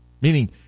Meaning